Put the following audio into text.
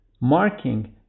marking